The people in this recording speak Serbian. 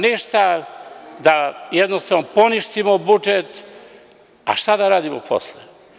Ništa, da jednostavno poništimo budžet, a šta da radimo posle?